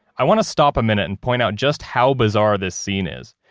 i want to stop a minute and point out just how bizarre this scene is.